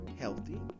healthy